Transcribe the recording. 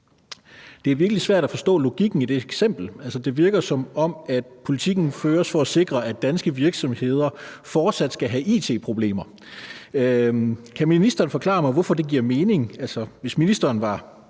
Det er virkelig svært at forstå logikken i det eksempel. Altså, det virker jo, som om politikken føres for at sikre, at danske virksomheder fortsat skal have it-problemer. Kan ministeren forklare mig, hvorfor det giver mening? Hvis ministeren var